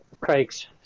Craig's